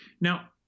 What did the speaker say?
Now